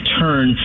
turn